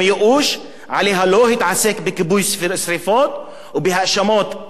מוטל עליה לא להתעסק בכיבוי שרפות ובהאשמות כזב ושווא,